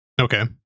Okay